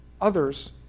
others